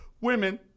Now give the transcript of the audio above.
women